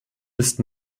ist